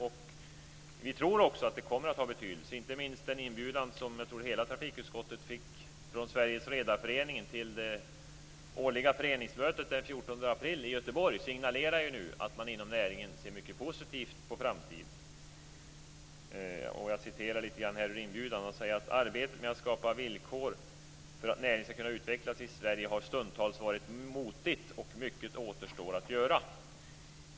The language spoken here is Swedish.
Jag vill inte minst nämna den inbjudan som hela trafikutskottet fått från Sveriges Redareförening till dess föreningsmöte. Ett sådant möte hålls varje år, och årets möte skall hållas den 14 april i Göteborg. Inför detta signaleras att man inom näringen ser mycket positivt på framtiden. Jag citerar ur inbjudningen: "Arbetet med att skapa villkor för att näringen ska kunna utvecklas i Sverige har stundtals varit motigt och mycket återstår att göra.